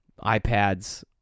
iPads